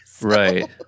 Right